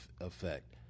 effect